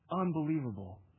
unbelievable